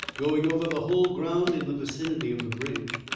going over the whole ground in the vicinity of the bridge.